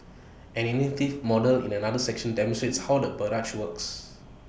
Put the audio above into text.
an innovative model in another section demonstrates how the barrage works